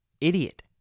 idiot